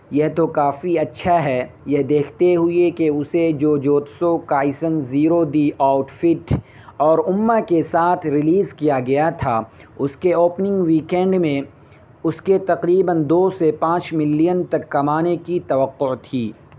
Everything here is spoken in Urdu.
یہ تو کافی اچھا ہے یہ دیکھتے ہوئے کہ اسے Jujutsu Kaisen zero the outfit اور آئمہ کے ساتھ ریلیز کیا گیا تھا اس کے اوپننگ ویک اینڈ میں اس کے تقریبا دو سے پانچ ملین تک کمانے کی توقع تھی